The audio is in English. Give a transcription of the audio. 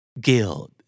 Guild